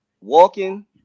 walking